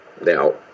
Now